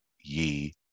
ye